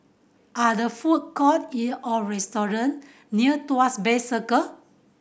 are the food court in or restaurant near Tuas Bay Circle